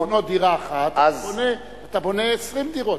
במקום לבנות דירה אחת, אתה בונה 20 דירות.